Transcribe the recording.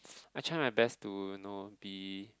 I try my best to you know be